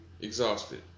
exhausted